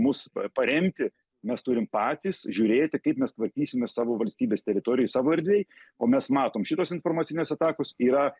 mus paremti mes turim patys žiūrėti kaip mes tvarkysimės savo valstybės teritorijoj savo erdvėj o mes matom šitos informacinės atakos yra